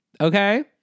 Okay